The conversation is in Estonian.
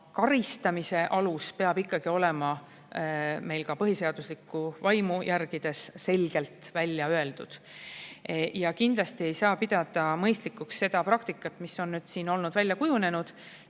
karistamise alus peab meil olema ikkagi ka põhiseaduslikku vaimu järgides selgelt välja öeldud. Kindlasti ei saa pidada mõistlikuks seda praktikat, mis on välja kujunenud,